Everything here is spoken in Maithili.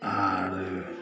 आर